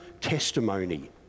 testimony